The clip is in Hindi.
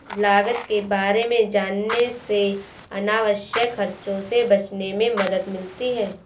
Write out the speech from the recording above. लागत के बारे में जानने से अनावश्यक खर्चों से बचने में मदद मिलती है